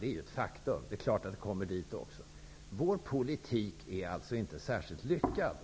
Det är ett faktum. Men det är klart att människor kommer dit också. Vår politik är alltså inte särskilt lyckad.